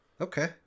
Okay